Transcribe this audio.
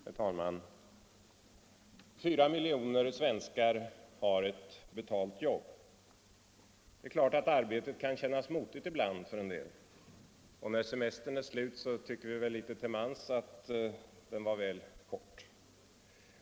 Herr talman! Fyra miljoner svenskar har ett betalt jobb. Det är klart att arbetet kan kännas motigt ibland för en del. Och när semstern tar slut tycker vi kanske lite till mans att den var väl kort.